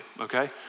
Okay